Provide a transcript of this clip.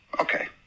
Okay